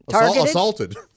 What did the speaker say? assaulted